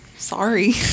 Sorry